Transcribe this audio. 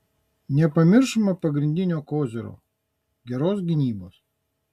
nepamiršome pagrindinio kozirio geros gynybos